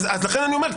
לכן אני אומר,